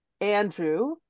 Andrew